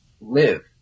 live